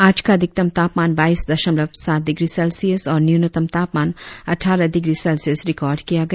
आज का अधिकतम तापमान उनतीस दशमलव पांच डिग्री सेल्सियस और न्यूनतम तापमान सत्रह दशमलव पांच डिग्री सेल्सियस रिकार्ड किया गया